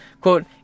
Quote